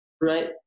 right